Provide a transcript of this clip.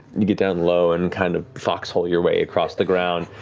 you get down low and kind of foxhole your way across the ground.